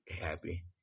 happy